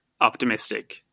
Optimistic